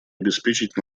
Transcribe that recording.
обеспечить